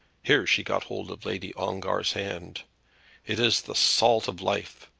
here she got hold of lady ongar's hand it is the salt of life!